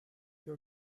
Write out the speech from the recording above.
your